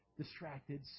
distracted